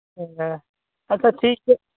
ᱦᱮᱸ ᱟᱪᱪᱷᱟ ᱴᱷᱤᱠᱜᱮᱭᱟ